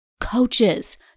Coaches